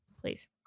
please